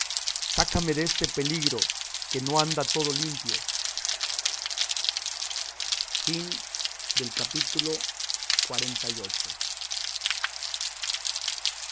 sácame deste peligro que no anda todo limpio capítulo xlix